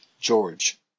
George